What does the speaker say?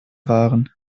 waren